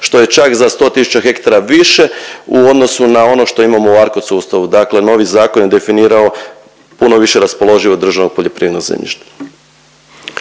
što je čak za 100 tisuća hektara više u odnosu na ono što imamo u ARKOD sustavu. Dakle novi zakon je definirao puno više raspoloživog državnog poljoprivrednog zemljišta.